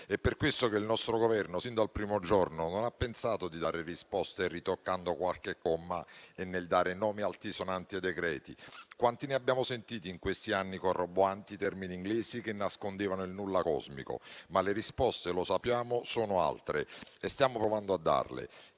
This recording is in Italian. È per questo che il nostro Governo, sin dal primo giorno, non ha pensato di dare risposte ritoccando qualche comma e dando nomi altisonanti ai decreti. Quanti ne abbiamo sentiti in questi anni con roboanti termini inglesi che nascondevano il nulla cosmico? Le risposte, lo sappiamo, sono altre e stiamo provando a darle: